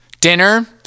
Dinner